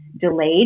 delayed